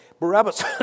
Barabbas